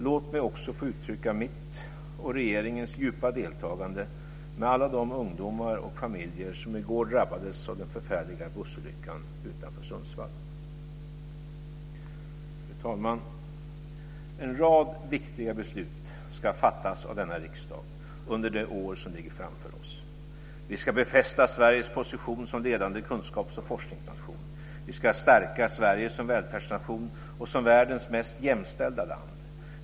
Låt mig också få uttrycka mitt och regeringens djupa deltagande med alla de ungdomar och familjer som i går drabbades av den förfärliga bussolyckan utanför Sundsvall. Fru talman! En rad viktiga beslut ska fattas av denna riksdag under det år som ligger framför oss. Vi ska befästa Sveriges position som ledande kunskaps och forskningsnation. Vi ska stärka Sverige som välfärdsnation och som världens mest jämställda land.